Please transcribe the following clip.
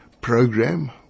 program